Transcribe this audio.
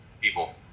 People